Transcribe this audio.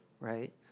right